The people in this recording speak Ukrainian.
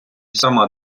сама